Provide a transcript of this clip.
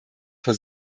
vor